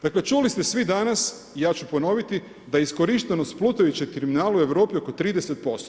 Dakle, čuli ste svi danas, ja ću ponoviti da iskorištenost plutajućeg terminala u Europi oko 30%